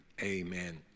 Amen